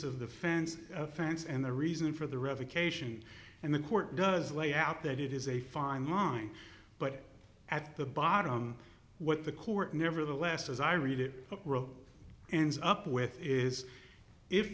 of the fence offense and the reason for the revocation and the court does lay out that it is a fine line but at the bottom what the court nevertheless as i read it and up with is if